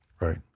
Right